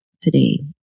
today